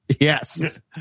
Yes